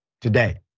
today